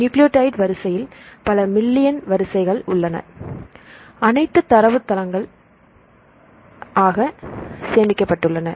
nucleotide வரிசையில் பல million வரிசைகள் உள்ளன அனைத்தும் தரவுத்தளங்கள் ஆக சேமிக்கப் பட்டுள்ளன